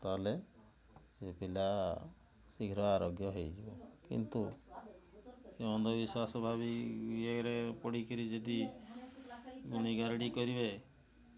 ତା'ହେଲେ ସେ ପିଲା ଶୀଘ୍ର ଆରୋଗ୍ୟ ହେଇଯିବ କିନ୍ତୁ ସେ ଅନ୍ଧବିଶ୍ୱାସ ଭାବି ଇଏରେ ପଡ଼ିକିରି ଯଦି ଗୁଣି ଗାରେଡ଼ି କରିବେ